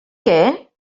què